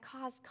cause